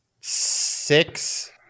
six